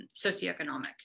socioeconomic